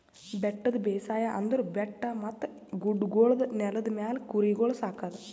ಬೆಟ್ಟದ ಬೇಸಾಯ ಅಂದುರ್ ಬೆಟ್ಟ ಮತ್ತ ಗುಡ್ಡಗೊಳ್ದ ನೆಲದ ಮ್ಯಾಲ್ ಕುರಿಗೊಳ್ ಸಾಕದ್